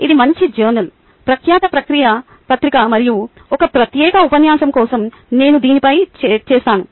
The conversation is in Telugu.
ఇది మంచి జర్నల్ ప్రఖ్యాత పత్రిక మరియు ఈ ప్రత్యేక ఉపన్యాసం కోసం నేను దీనిపై చెప్తాను